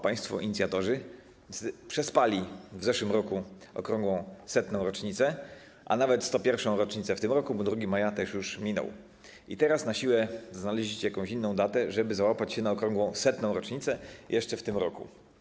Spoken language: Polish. Państwo inicjatorzy przespali w zeszłym roku okrągłą 100. rocznicę - a nawet 101. rocznicę w tym roku, bo 2 maja już minął - i teraz na siłę znaleźliście jakąś inną datę, żeby załapać się na okrągłą 100. rocznicę jeszcze w tym roku.